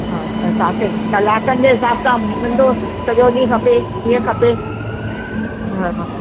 हा त तव्हांखे कलाकनि जे हिसाब सां मिलंदव सॼो ॾींहुं खपे कीअं खपे हा